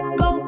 go